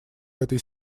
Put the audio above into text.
этой